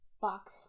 Fuck